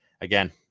again